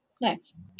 Nice